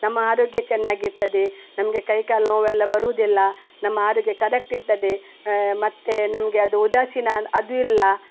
ನಮ್ಮ ಆರೋಗ್ಯ ಚೆನ್ನಾಗಿರ್ತದೆ ನಮಗೆ ಕೈ ಕಾಲು ನೋವೆಲ್ಲ ಬರೋದಿಲ್ಲ ನಮ್ಮ ಆರೋಗ್ಯ ಕರೆಕ್ಟ್ ಇರ್ತದೆ ಮತ್ತು ನಮಗೆ ಅದು ಉದಾಸೀನ ಅದು ಇಲ್ಲ